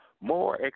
more